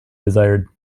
desired